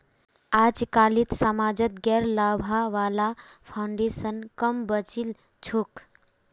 अजकालित समाजत गैर लाभा वाला फाउन्डेशन क म बचिल छोक